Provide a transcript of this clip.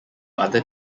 other